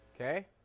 Okay